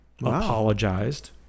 apologized